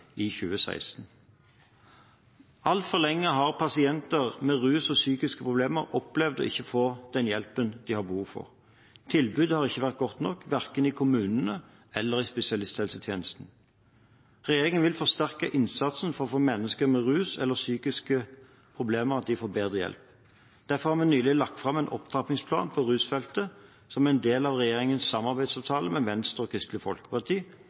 i 2016. Altfor lenge har pasienter med rusproblemer og psykiske problemer opplevd ikke å få den hjelpen de har behov for. Tilbudet har ikke vært godt nok, verken i kommunene eller i spesialisthelsetjenesten. Regjeringen vil forsterke innsatsen, så mennesker med rusproblemer eller psykiske problemer får bedre hjelp. Derfor har vi nylig lagt fram en opptrappingsplan for rusfeltet, som en del av regjeringens samarbeidsavtale med Venstre og Kristelig Folkeparti,